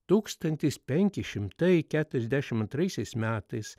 tūkstantis penki šimtai keturiasdešim antraisiais metais